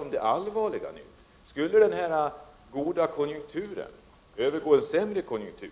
Om den goda konjunkturen övergår i en sämre konjunktur